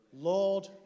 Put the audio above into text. Lord